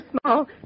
small